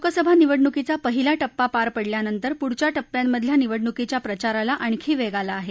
लोकसभा निवडणुकीचा पहिला टप्पा पार पडल्यानंतर पुढच्या टप्प्यांमधल्या निवडणुकीच्या प्रचाराला आणखी वेग आला आहे